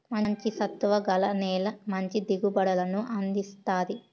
మంచి సత్తువ గల నేల మంచి దిగుబడులను అందిస్తాది